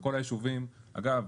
וכל היישובים אגב,